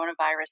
coronavirus